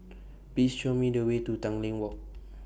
Please Show Me The Way to Tanglin Walk